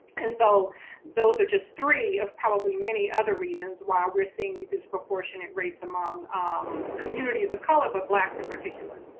and so those are just three of probably many other reasons why we're seeing these disproportionate rates among um communities of color, but blacks in particular.